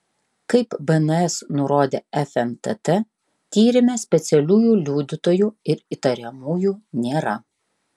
kaip bns nurodė fntt tyrime specialiųjų liudytojų ir įtariamųjų nėra